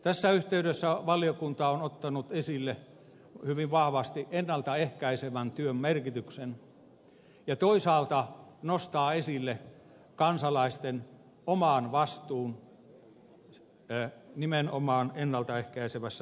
tässä yhteydessä valiokunta on ottanut hyvin vahvasti esille ennalta ehkäisevän työn merkityksen ja toisaalta nostaa esille kansalaisten oman vastuun nimenomaan ennalta ehkäisevässä terveydenhuollossa